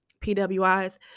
PWIs